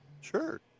Sure